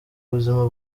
buzima